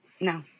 No